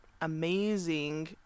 amazing